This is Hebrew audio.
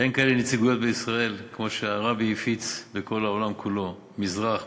אין כאלה נציגויות בישראל כמו שהרבי הפיץ בכל העולם כולו: מזרח,